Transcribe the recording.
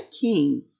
king